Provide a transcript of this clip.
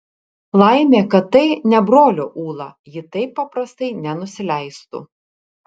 laimė kad tai ne brolio ūla ji taip paprastai nenusileistų